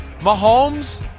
Mahomes